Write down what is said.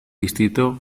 distrito